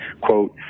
quote